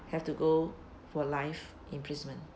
have to go for life imprisonment